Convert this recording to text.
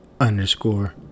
underscore